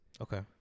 Okay